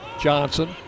Johnson